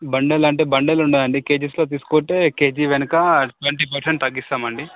bundle అంటే bundle ఉండదండి కేజెస్లో తీసుకుంటే కేజీ వెనుక ట్వంటీ పర్సెంట్ తగ్గిస్తామండి